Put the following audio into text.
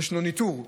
יש לו ניטור מרחוק,